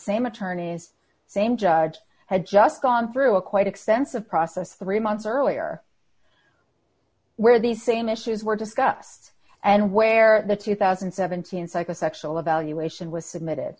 same attorneys same judge had just gone through a quite expensive process three months earlier where these same issues were discussed and where the two thousand and seventeen psychosexual evaluation was submitted